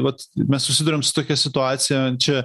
vat mes susiduriam su tokia situacija čia